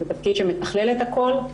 זה תפקיד שמתכלל את הכול.